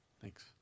Thanks